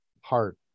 heart